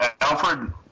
Alfred –